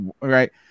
right